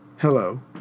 Hello